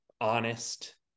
honest